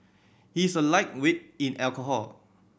he is a lightweight in alcohol